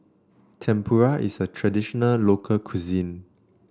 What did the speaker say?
Tempura is a traditional local cuisine